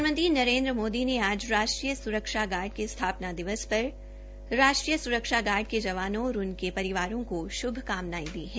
प्रधानमंत्री नरेन्द्र मोदी ने आज राष्ट्रीय स्रक्षा गार्ड की स्थापना दिवस पर राष्ट्रीय गार्ड के जवानों को उनके परिवारों को श्भकामनायें दी है